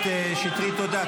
חברת הכנסת שטרית, תודה.